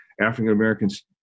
African-Americans